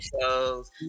shows